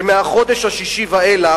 שמהחודש השישי ואילך,